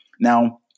Now